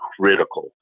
critical